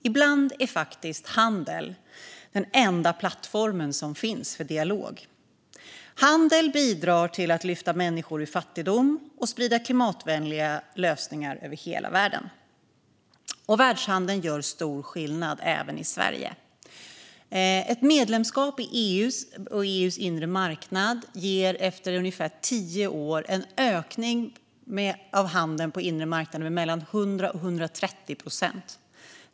Ibland är faktiskt handel den enda plattformen för dialog. Handeln bidrar till att lyfta människor ur fattigdom och sprida klimatvänliga lösningar över hela världen. Och världshandeln gör stor skillnad även i Sverige. Ett medlemskap i EU och EU:s inre marknad ger efter ungefär tio år en ökning av handeln på den inre marknaden med mellan 100 och 130 procent.